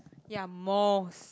ya most